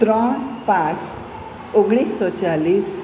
ત્રણ પાંચ ઓગણીસો ચાલીસ